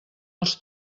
als